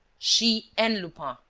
she and lupin.